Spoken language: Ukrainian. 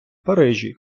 парижі